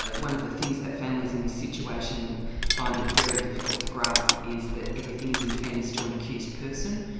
ah one of the things that families in this situation find it very difficult to grasp is that everything is in fairness to an accused person,